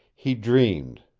he dreamed,